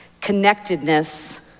Connectedness